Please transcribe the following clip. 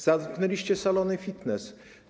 Zamknęliście salony fitness.